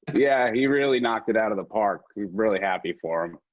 yeah. he really knocked it out of the park. we're really happy for him.